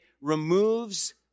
removes